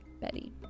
betty